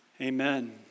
Amen